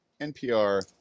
NPR